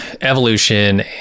Evolution